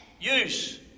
use